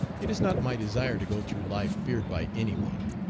it is not my desire to go through life feared by any one.